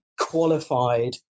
qualified